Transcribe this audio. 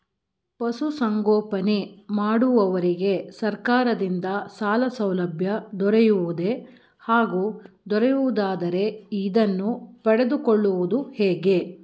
ಪಶುಸಂಗೋಪನೆ ಮಾಡುವವರಿಗೆ ಸರ್ಕಾರದಿಂದ ಸಾಲಸೌಲಭ್ಯ ದೊರೆಯುವುದೇ ಹಾಗೂ ದೊರೆಯುವುದಾದರೆ ಇದನ್ನು ಪಡೆದುಕೊಳ್ಳುವುದು ಹೇಗೆ?